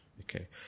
Okay